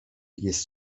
jest